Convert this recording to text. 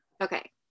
Okay